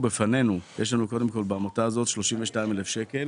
בפנינו יש לנו בעמותה הזאת 32,000 שקל,